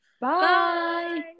Bye